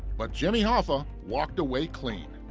but jimmy hoffa walked away clean.